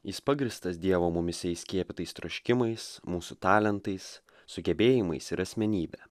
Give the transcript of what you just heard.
jis pagrįstas dievo mumyse įskiepytais troškimais mūsų talentais sugebėjimais ir asmenybe